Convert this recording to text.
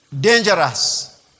dangerous